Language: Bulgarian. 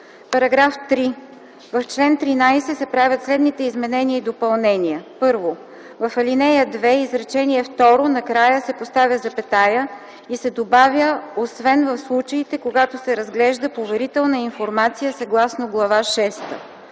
„§ 3. В чл. 13 се правят следните изменения и допълнения: 1. В ал. 2, изречение второ накрая се поставя запетая и се добавя „освен в случаите, когато се разглежда поверителна информация съгласно Глава шеста”.